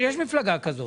יש מפלגה כזאת.